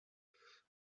tatsächlich